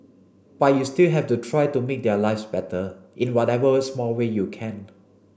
but you still have to try to make their lives better in whatever small way you can